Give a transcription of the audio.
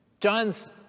John's